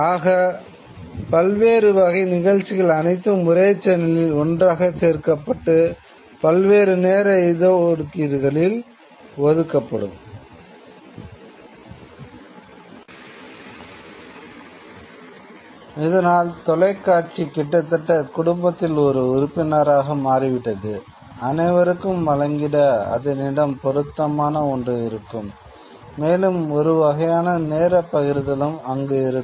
ஆகவே பல்வேறு வகை நிகழ்ச்சிகள் அனைத்தும் ஒரே சேனலில் ஒன்றாக கோர்க்கப்பட்டு பல்வேறு நேர ஒதுக்கீடுகளில் ஒளிப்பரப்பப்படும்